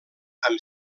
amb